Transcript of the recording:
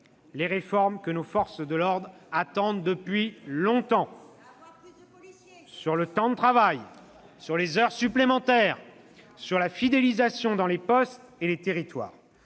les réformes que nos forces de l'ordre attendent depuis longtemps ... Avoir plus de policiers !... sur le temps de travail, sur les heures supplémentaires, sur la fidélisation dans les postes et les territoires.